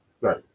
Right